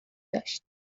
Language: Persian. داشت